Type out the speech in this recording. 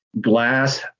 glass